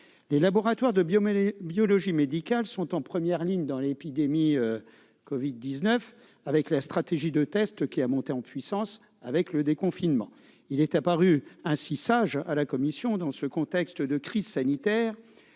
Les laboratoires de biologie médicale sont en première ligne dans la lutte contre l'épidémie de Covid-19, la stratégie de tests étant montée en puissance avec le déconfinement. Il est apparu sage à la commission, dans ce contexte de crise sanitaire,